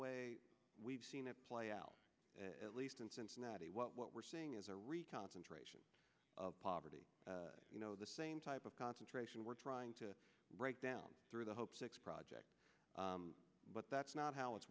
way we've seen it play out at least in cincinnati what what we're seeing is a re concentration of poverty you know the same type of concentration we're trying to break down through the hope six project but that's not how it's